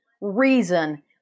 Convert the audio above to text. reason